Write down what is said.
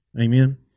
Amen